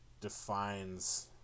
defines